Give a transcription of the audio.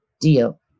deal